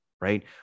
right